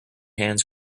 hands